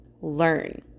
learn